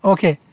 Okay